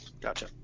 gotcha